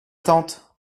tante